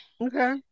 Okay